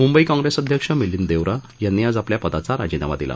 मुंबई काँग्रेस अध्यक्ष मिलिंद देवरा यांनी आज आपल्या पदाचा राजीनामा दिला